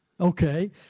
Okay